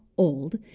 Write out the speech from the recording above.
old,